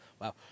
Wow